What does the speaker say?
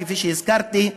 כפי שהזכרתי,